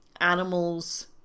animals